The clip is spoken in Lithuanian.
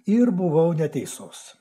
ir buvau neteisus